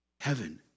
Heaven